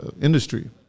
industry